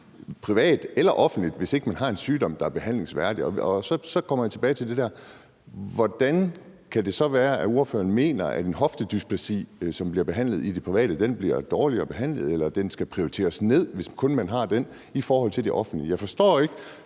private eller det offentlige, hvis ikke man har en sygdom, der er behandlingsværdig? Og så kommer jeg tilbage til, hvordan det så kan være, at ordføreren mener, at en patient med hoftedysplasi, som bliver behandlet i det private, bliver dårligere behandlet eller bliver nedprioriteret, hvis man kun har den sygdom, i forhold til hvordan man gør det i det offentlige. Jeg forstår ikke